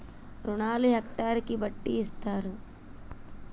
రుణాలు హెక్టర్ ని బట్టి ఇస్తారా?